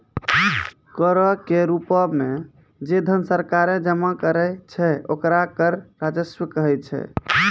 करो के रूपो मे जे धन सरकारें जमा करै छै ओकरा कर राजस्व कहै छै